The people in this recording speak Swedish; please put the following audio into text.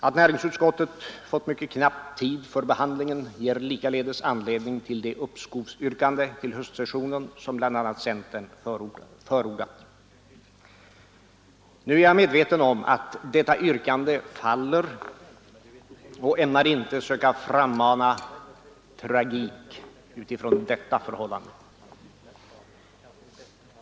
Att näringsutskottet fått mycket knapp tid för behandlingen ger likaledes anledning till det uppskovsyrkande till höstsessionen som bl.a. centern förordat. Nu är jag medveten om att detta yrkande faller och ämnar inte söka frammana tragik utifrån detta förhållande.